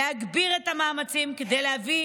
להגביר את המאמצים כדי להביא